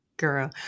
girl